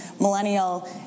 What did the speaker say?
millennial